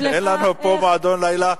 אין לנו פה מועדון לילה,